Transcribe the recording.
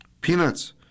Peanuts